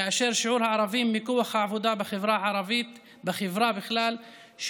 כאשר שיעור זה מכוח העבודה של הערבים בחברה בכלל הוא